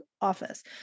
office